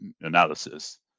analysis